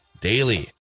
daily